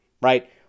right